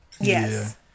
Yes